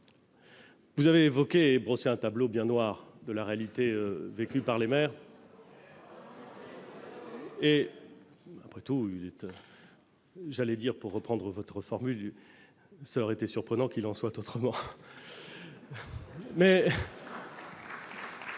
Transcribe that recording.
vous avez brossé un tableau bien noir de la réalité vécue par les maires. Après tout, pour reprendre votre formule, il aurait été surprenant qu'il en soit autrement !